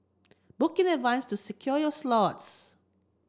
book in advance to secure your slots